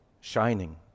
shining